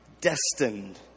destined